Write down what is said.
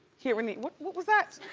here in the, what what was that?